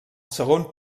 segon